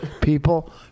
People